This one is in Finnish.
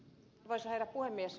arvoisa herra puhemies